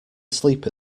asleep